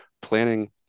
planning